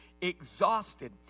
Exhausted